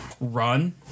run